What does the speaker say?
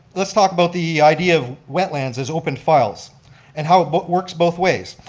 let's talk about the idea of wetlands as open files and how it but works both ways.